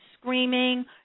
screaming